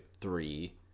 three